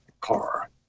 car